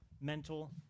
mental